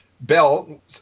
Bell